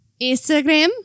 Instagram